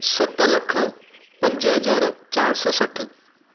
सत लख पंज हज़ार चारि सौ सठि